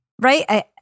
right